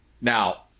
Now